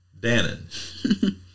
Danon